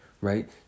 right